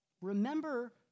Remember